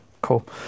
cool